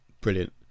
Brilliant